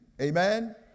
Amen